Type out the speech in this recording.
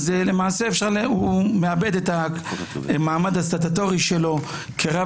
הוא מאבד את המעמד הסטטוטורי שלו כרב